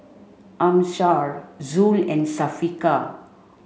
Amsyar Zul and Syafiqah